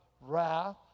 wrath